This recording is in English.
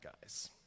guys